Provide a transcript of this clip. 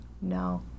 No